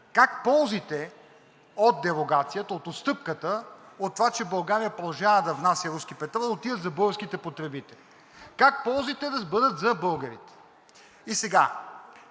как ползите от дерогацията, от отстъпката, от това, че България продължава да внася руски петрол, отиват за българските потребители, как ползите да бъдат за българите? И сега